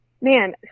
man